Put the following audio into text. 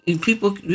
People